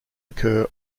occur